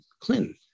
Clinton